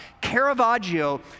Caravaggio